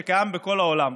שקיים בכל העולם,